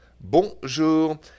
Bonjour